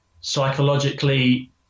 psychologically